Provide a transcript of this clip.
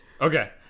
Okay